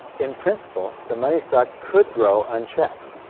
in principle the money stock could grow unchecked.